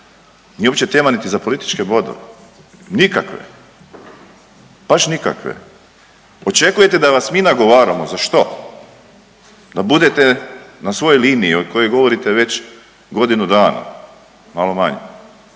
Nije uopće tema niti za političke bodove, nikakve, baš nikakve. Očekujete da vas mi nagovaramo. Za što? Da budete na svojoj liniji o kojoj govorite već godinu dana, malo manje,